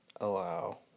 allow